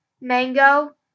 mango